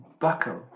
buckle